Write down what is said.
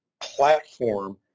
platform